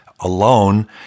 Alone